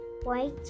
White